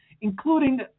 including